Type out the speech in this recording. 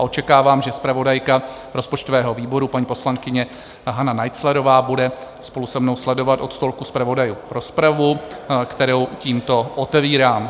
Očekávám, že zpravodajka rozpočtového výboru paní poslankyně Hana Naiclerová bude spolu se mnou sledovat od stolku zpravodajů rozpravu, kterou tímto otevírám.